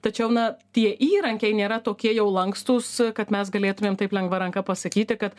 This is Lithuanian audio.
tačiau na šie įrankiai nėra tokie jau lankstūs e kad mes galėtumėm taip lengva ranka pasakyti kad